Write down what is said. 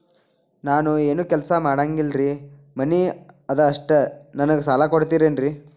ನಾನು ಏನು ಕೆಲಸ ಮಾಡಂಗಿಲ್ರಿ ಮನಿ ಅದ ಅಷ್ಟ ನನಗೆ ಸಾಲ ಕೊಡ್ತಿರೇನ್ರಿ?